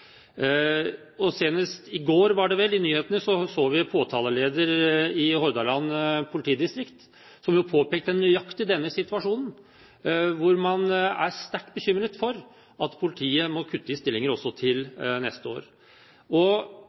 Senest i går, var det vel, i nyhetene så vi påtaleleder i Hordaland politidistrikt, som påpekte nøyaktig denne situasjonen, hvor man er sterkt bekymret for at politiet må kutte i stillinger også til neste år.